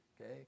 Okay